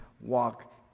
walk